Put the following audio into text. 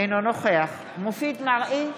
אינו נוכח מופיד מרעי,